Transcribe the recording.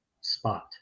spot